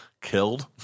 Killed